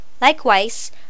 Likewise